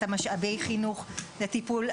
משאבי החינוך לטיפול.